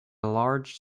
large